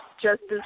Justice